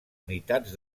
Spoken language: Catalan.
unitats